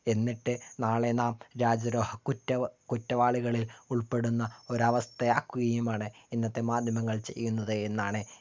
എന്നിട്ട് നാളേ നാം രാജ്യദ്രോഹക്കുറ്റവ കുറ്റവാളികളിൽ ഉൾപ്പെടുന്ന ഒരാവസ്ഥയാക്കുകയുമാണ് ഇന്നത്തേ മാധ്യമങ്ങൾ ചെയ്യുന്നത് എന്നാണ്